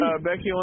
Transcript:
Becky